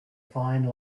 fine